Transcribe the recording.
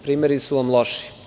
Primeri su vam loši.